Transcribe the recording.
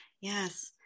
Yes